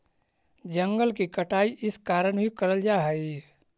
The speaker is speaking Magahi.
जंगल की कटाई इस कारण भी करल जा हई